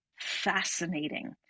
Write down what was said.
fascinating